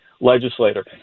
legislator